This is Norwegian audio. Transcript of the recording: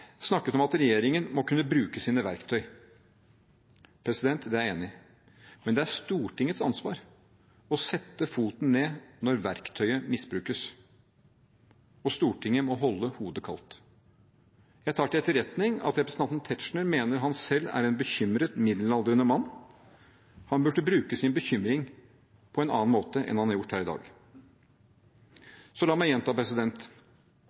snakket om at regjeringen må kunne bruke sine verktøy. Det er jeg enig i. Men det er Stortingets ansvar å sette foten ned når verktøyet misbrukes, og Stortinget må holde hodet kaldt. Jeg tar til etterretning at representanten Tetzschner mener han selv er en bekymret middelaldrende mann. Han burde bruke sin bekymring på en annen måte enn han har gjort her i dag. Så la meg gjenta: